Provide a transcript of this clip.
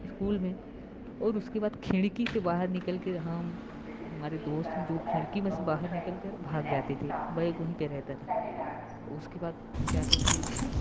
school में और उसके बाद खिड़की से बाहर निकल कर हम हमारे दोस्त जो खिड़की में से बाहर निकल कर भाग जाते थे बैग वहीं पर रहता था उसके बाद जाते थे